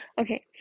Okay